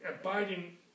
abiding